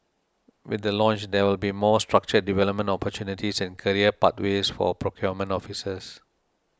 with the launch there will be more structured development opportunities and career pathways for procurement officers